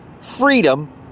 freedom